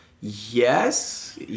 yes